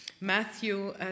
Matthew